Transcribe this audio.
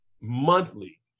monthly